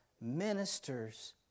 ministers